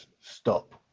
stop